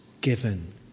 given